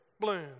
Bloom